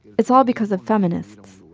it's all because of feminists.